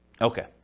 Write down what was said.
Okay